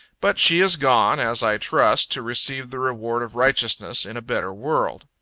but she is gone, as i trust, to receive the reward of righteousness, in a better world.